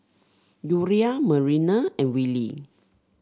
Uriah Marina and Willy